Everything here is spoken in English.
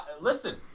Listen